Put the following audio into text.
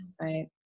right